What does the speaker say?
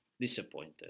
disappointed